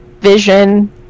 Vision